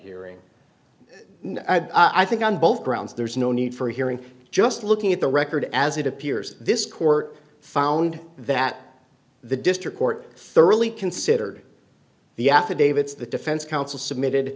hearing i think on both grounds there is no need for a hearing just looking at the record as it appears this court found that the district court thoroughly considered the affidavits the defense counsel submitted